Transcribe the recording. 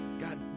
God